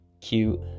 cute